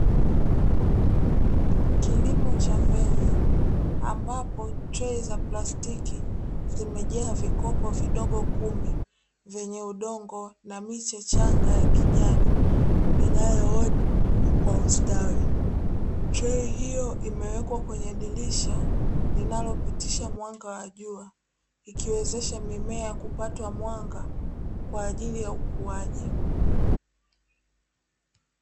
Kilimo cha mbegu ambapo trei za plastic zimejaa vikopo vidogo kumi vyenye udongo na miche michanga ya kijani inayoota kwa ustawi trei hiyo imewekwa kwenye dirisha linalopitisha mwanga wa jua kuiwezesha mimea kupata mwanga kwaajili ya ukuwaji.